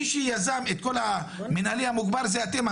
מי שיזם את כל המינהלי המוגבר זה אתם,